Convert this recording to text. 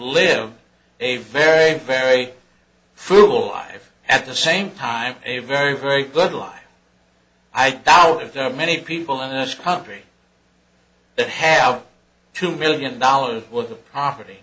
live a very very frugal i at the same time a very very good life i doubt if there are many people in this country that have two million dollars worth of property